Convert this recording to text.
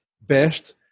best